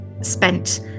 spent